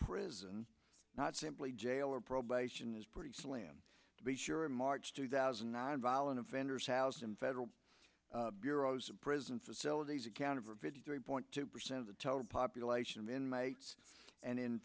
prison not simply jail or probation is pretty slim to be sure in march two thousand and nine violent offenders housing federal bureau of prisons facilities accounted for fifty three point two percent of the total population of inmates and in